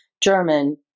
german